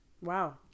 Wow